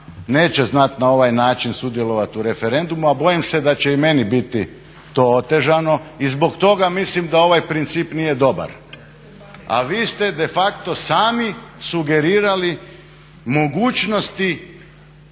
neće znat na ovaj način sudjelovat u referendumu, a bojim se da će i meni biti to otežano i zbog toga mislim da ovaj princip nije dobar. A vi ste de facto sami sugerirali mogućnosti